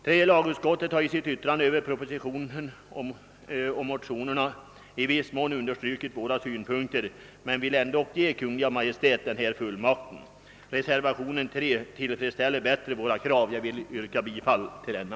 Tredje lagustkottet har i sitt yttrande över propositionen och motionerna i viss mån understrukit våra synpunkter men vill ändå ge Kungl. Maj:t fullmakt att utfärda förbud. Reservation III tillfredsställer bättre våra krav, och jag vill yrka bifall till denna.